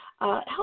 help